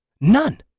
None